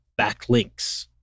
backlinks